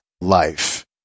life